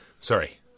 Sorry